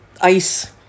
ice